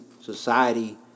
society